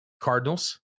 Cardinals